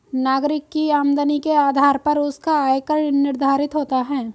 नागरिक की आमदनी के आधार पर उसका आय कर निर्धारित होता है